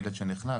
ילד שנחנק,